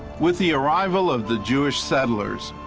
with the arrival of the jewish settlers,